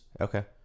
Okay